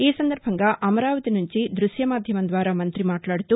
ఈసందర్భంగా అమరావతి సుంచి దృశ్య మాధ్యమం ద్వారా మంత్రి మాట్లాడుతూ